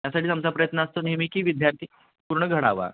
त्यासाठी आमचा प्रयत्न असतो नेहमी की विद्यार्थी पूर्ण घडावा